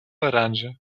laranja